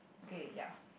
okay ya